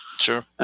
Sure